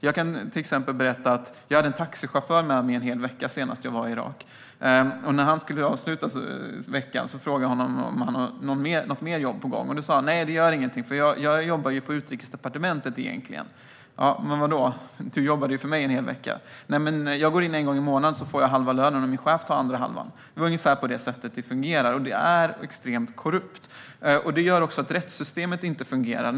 Jag kan till exempel berätta att jag hade en taxichaufför med mig en hel vecka senast jag var i Irak. När vi avslutade veckan frågade jag honom om han hade något mer jobb på gång. Då sa han: Nej, jag jobbar egentligen på Utrikesdepartementet. Jag sa: Men vadå, du jobbade ju för mig en hel vecka. Han svarade: Men jag går in en gång i månaden och får halva lönen, och min chef tar den andra halvan. Det är ungefär på det sättet det fungerar. Det är extremt korrupt. Det gör också att rättssystemet inte fungerar.